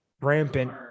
rampant